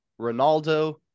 Ronaldo